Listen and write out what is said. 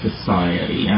Society